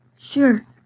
Sure